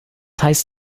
heißt